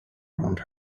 around